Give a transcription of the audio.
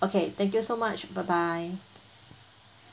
okay thank you so much bye bye